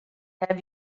have